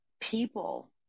people